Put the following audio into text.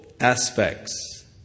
Aspects